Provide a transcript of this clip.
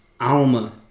Alma